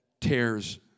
tears